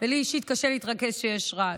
ולי אישית קשה להתרכז כשיש רעש.